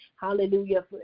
Hallelujah